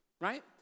right